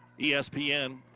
ESPN